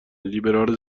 لیبرال